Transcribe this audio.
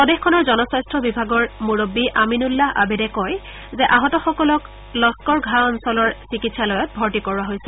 প্ৰদেশখনৰ জনস্বাস্থ্য বিভাগৰ মুৰববী আমিনুল্লাহ আবেদে কয় যে আহতসকলক লস্বৰ ঘা অঞ্চলৰ চিকিৎসালয়ত ভাৰ্তি কৰোৱা হৈছে